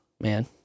man